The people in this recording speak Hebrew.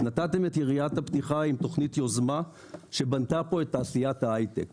נתתם את יריית הפתיחה עם תוכנית יוזמה שבנתה כאן את תעשיית ההיי-טק.